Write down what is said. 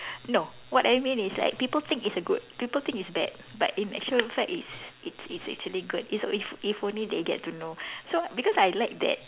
no what I mean is like people think it's a good people think it's bad but in actual fact it's it's it's actually good it's if if only they get to know so because I like that